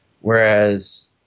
Whereas